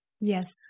Yes